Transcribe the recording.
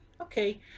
okay